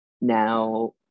Now